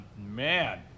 man